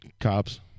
cops